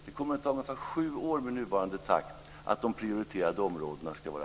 Det kommer med nuvarande takt att ta ungefär sju år att rensa de prioriterade områdena.